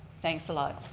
thanks a lot.